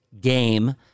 game